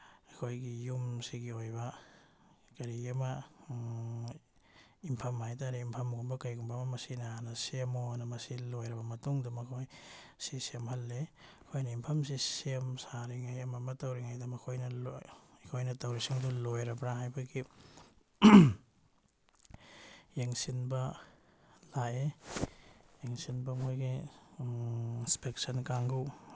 ꯑꯩꯈꯣꯏꯒꯤ ꯌꯨꯝꯁꯤꯒꯤ ꯑꯣꯏꯕ ꯀꯔꯤ ꯑꯃ ꯌꯨꯝꯐꯝ ꯍꯥꯏ ꯇꯥꯔꯦ ꯌꯨꯝꯐꯝꯒꯨꯝꯕ ꯀꯩꯒꯨꯝꯕ ꯑꯃ ꯑꯃ ꯁꯤꯅ ꯍꯥꯟꯅ ꯁꯦꯝꯃꯣꯅ ꯃꯁꯤ ꯂꯣꯏꯔꯕ ꯃꯇꯨꯡꯗ ꯃꯈꯣꯏ ꯁꯤ ꯁꯦꯝꯍꯜꯂꯦ ꯑꯩꯈꯣꯏꯅ ꯌꯨꯝꯐꯝꯁꯤ ꯁꯦꯝ ꯁꯥꯔꯤꯉꯩ ꯑꯃꯃ ꯇꯧꯔꯤꯉꯩꯗ ꯃꯈꯣꯏꯅ ꯑꯩꯈꯣꯏꯅ ꯇꯧꯔꯤꯁꯤꯡꯗꯨ ꯂꯣꯏꯔꯕ꯭ꯔꯥ ꯍꯥꯏꯕꯒꯤ ꯌꯦꯡꯁꯤꯟꯕ ꯂꯥꯛꯑꯦ ꯌꯦꯡꯁꯤꯟꯕ ꯃꯣꯏꯒꯤ ꯏꯟꯁꯄꯦꯛꯁꯟ ꯀꯥꯡꯒꯨ